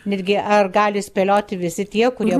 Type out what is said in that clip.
netgi ar gali spėlioti visi tie kurie